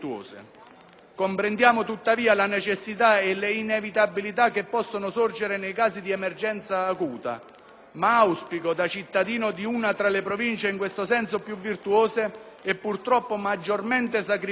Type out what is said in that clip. Comprendiamo tuttavia le necessità e le inevitabilità che possono sorgere nei casi di emergenza acuta, ma auspico, da cittadino di una tra le Province in questo senso più virtuose e purtroppo maggiormente sacrificate,